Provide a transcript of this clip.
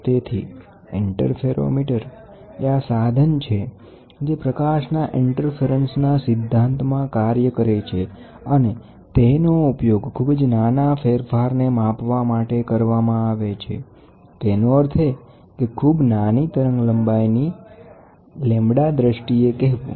તેથી ઇન્ટરફેરોમીટર એ આ સાધન છે જે પ્રકાશના ઇન્ટરફેરંસના સિદ્ધાંતમાં કાર્ય કરે છે અને તેનો ઉપયોગ ખૂબ જ નાના ફેરફારને માપવા માટે કરવામાં આવે છે તેનો અર્થ એ કે ખૂબ નાની તરંગલંબાઇની λ દ્રષ્ટિએ કહેવું